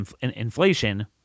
inflation